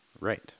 Right